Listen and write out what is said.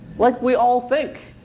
like we all think.